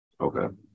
Okay